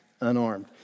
unarmed